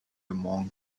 among